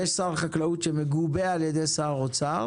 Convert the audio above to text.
יש שר חקלאות שמגובה על ידי שר האוצר